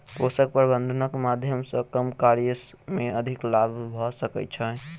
पोषक प्रबंधनक माध्यम सॅ कम कार्य मे अधिक लाभ भ सकै छै